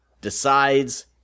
decides